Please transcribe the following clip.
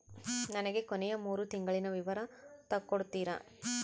ನನಗ ಕೊನೆಯ ಮೂರು ತಿಂಗಳಿನ ವಿವರ ತಕ್ಕೊಡ್ತೇರಾ?